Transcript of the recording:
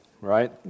Right